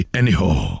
anyhow